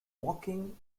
walking